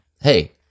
hey